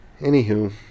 Anywho